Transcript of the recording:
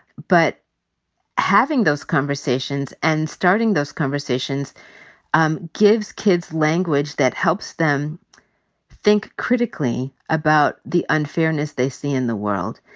but having those conversations and starting those conversations um gives kids language that helps them think critically about the unfairness they see in the world.